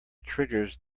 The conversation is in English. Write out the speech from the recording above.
triggers